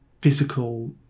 physical